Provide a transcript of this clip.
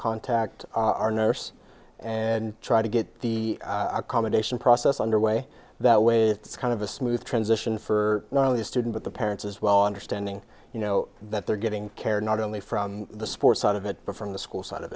contact our nurse and try to get the accommodation process underway that way it's kind of a smooth transition for one of the student at the parents as well understanding you know that they're getting care not only from the sports side of it for from the school side of